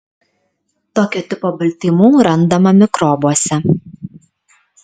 tokio tipo baltymų randama mikrobuose